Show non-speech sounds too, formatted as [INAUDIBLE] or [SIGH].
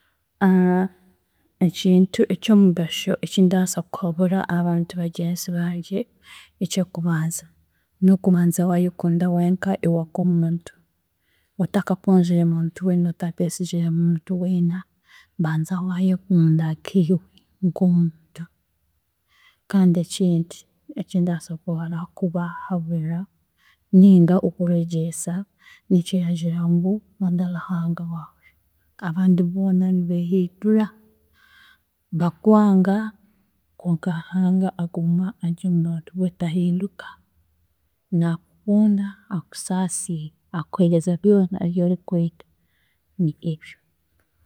[HESITATION] Ekintu eky'omugasho ekindaasa kuhabura abantu bagyenzi bangye, eky'okubanza; n'okubanza waayekunda wenka iwe nk'omuntu otakakunzire muntu weena otakeesigire muntu weena, banza waayekunda nka iwe nk'omuntu. Kandi ekindi, ekindaasa kubara kubahabura ninga okubeegyesa n'ekiragira ngu kunda Ruhanga waawe, abandi boona nibeehindura, bakwanga konka Ruhanga we aguma ari omu bantu we tahinduka, naakukunda akusaasiire, akuheereza byona ebi orikwenda, nibyo ebyo.